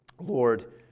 Lord